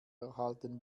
erhalten